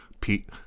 Pete